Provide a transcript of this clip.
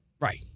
Right